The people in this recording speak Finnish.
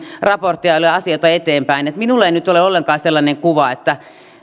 raportteja veimme asioita eteenpäin minulla ei ole ollenkaan sellainen kuva että